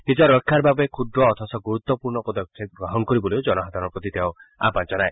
নিজৰ ৰক্ষাৰ বাবে ক্ষুদ্ৰ অথচ গুৰুত্বপূৰ্ণ পদক্ষেপ গ্ৰহণ কৰিবলৈও জনসাধাৰণৰ প্ৰতি তেওঁ আয়ন জনায়